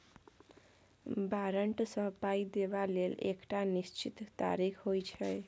बारंट सँ पाइ देबा लेल एकटा निश्चित तारीख होइ छै